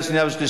נתקבל.